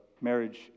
Marriage